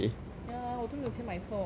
ya 我都没有钱买车我我